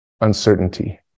uncertainty